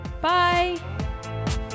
Bye